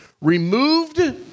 Removed